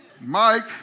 Mike